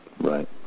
right